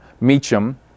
Meacham